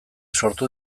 sortu